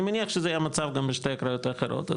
אני מניח שזה המצב גם בשתי הקריות האחרות,